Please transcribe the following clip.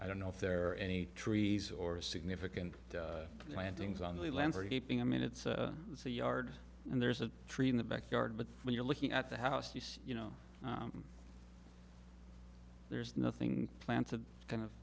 i don't know if there are any trees or significant plantings on the land for gaping i mean it's a it's a yard and there's a tree in the backyard but when you're looking at the house you see you know there's nothing planted kind of